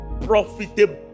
profitable